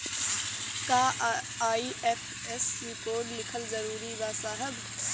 का IFSC code लिखल जरूरी बा साहब?